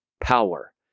power